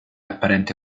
apparente